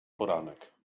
poranek